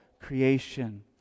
creation